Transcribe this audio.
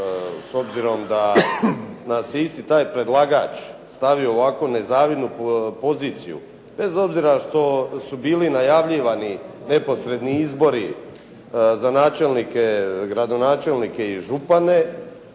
s obzirom da nas je isti taj predlagač stavio u ovakvu nezavidnu poziciju bez obzira što su bili najavljivani neposredni izbori za načelnike, gradonačelnike i župane